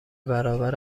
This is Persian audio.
برابر